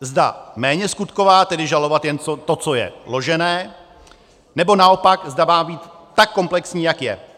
Zda méněskutková, tedy žalovat jen to, co je ložené, nebo naopak, zda má být tak komplexní, jak je.